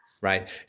Right